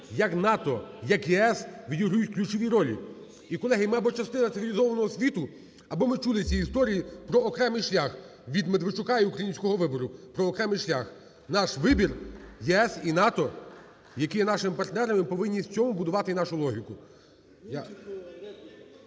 як НАТО, як ЄС, відіграють ключові ролі. І, колеги, мабуть, частина цивілізовано світу, або ми чули ці історії, про окремий шлях від Медведчука і "Українського Вибору", про окремий шлях. Наш вибір – ЄС і НАТО, які є нашими партнерами, і ми повинні в цьому будувати нашу логіку.